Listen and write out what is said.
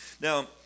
Now